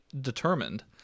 determined